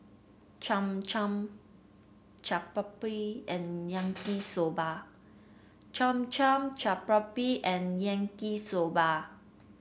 Cham Cham Chaat Papri and Yaki Soba Cham Cham Chaat Papri and Yaki soda